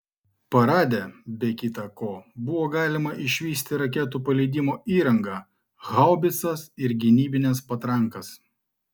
parade be kita ko buvo galima išvysti raketų paleidimo įrangą haubicas ir gynybines patrankas